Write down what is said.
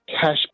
Cash